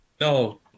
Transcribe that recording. No